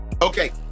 Okay